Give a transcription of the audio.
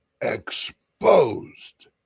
exposed